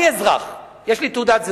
אני אזרח, יש לי תעודת זהות.